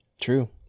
True